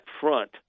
front